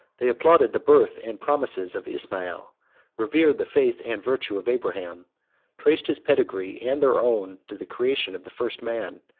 they applauded the birth and promises of ismael revered the faith and virtue of abraham traced his pedigree and their own to the creation of the first man,